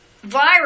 virus